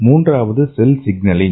மூன்றாவது cell signalling